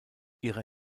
ihre